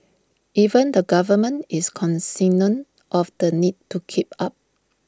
even the government is cognisant of the need to keep up